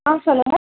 ஆ சொல்லுங்க